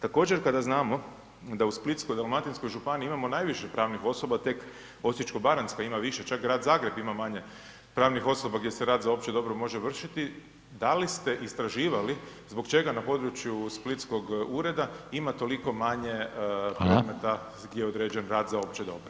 Također kada znamo da u Splitsko-dalmatinskoj županiji imamo najviše pravnih osoba, tek Osječko-baranjska ima više, čak Grad Zagreb ima manje pravnih osoba gdje se rad za opće dobro može vršiti, da li ste istraživali zbog čega na području splitskog ureda ima toliko manje predmeta gdje je određen rad za opće dobro?